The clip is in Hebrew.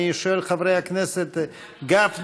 אני שואל את חברי הכנסת גפני,